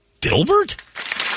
Dilbert